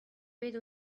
bet